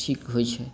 ठीक होइ छै